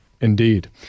indeed